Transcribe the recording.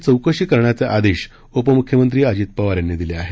त्याची चौकशी करण्याचे आदेश उपमुख्यमंत्री अजित पवार यांनी दिले आहेत